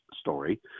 story